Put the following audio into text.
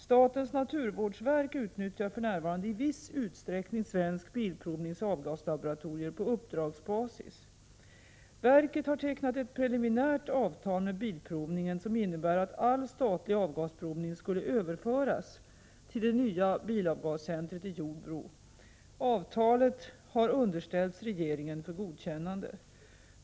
Statens naturvårdsverk utnyttjar för närvarande i viss utsträckning Svensk Bilprovnings avgaslaboratorier på uppdragsbasis. Verket har tecknat ett preliminärt avtal med Bilprovningen som innebär att all statlig avgasprovning skall överföras till det nya bilavgascentret i Jordbro. Avtalet har underställts regeringen för godkännande.